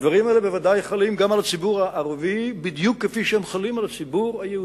הדברים האלה בוודאי חלים גם על הציבור הערבי,